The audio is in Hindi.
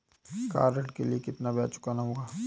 कार ऋण के लिए कितना ब्याज चुकाना होगा?